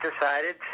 decided